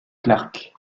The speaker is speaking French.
clark